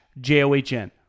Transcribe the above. J-O-H-N